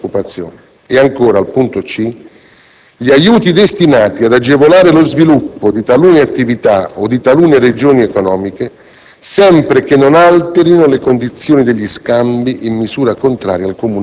«Possono considerarsi compatibili con il mercato comune: agli aiuti destinati a favorire lo sviluppo economico delle regioni ove il tenore di vita sia anormalmente basso,